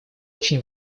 очень